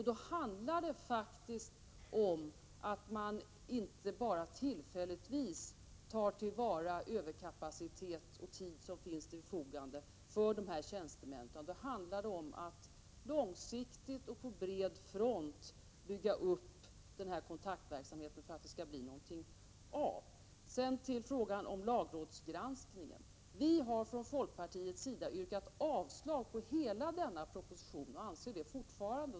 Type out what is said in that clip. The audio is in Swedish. Då handlar det faktiskt inte om att man bara tillfälligtvis tar till vara överkapacitet och den tid som tjänstemännen har till förfogande, utan det handlar om att långsiktigt och på bred front bygga upp kontaktverksamheten för att det skall bli någonting av det hela. Sedan till frågan om lagrådsgranskningen. Vi har från folkpartiets sida yrkat avslag på hela denna proposition, och det gör vi fortfarande.